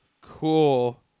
Cool